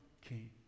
king